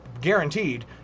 guaranteed